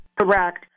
Correct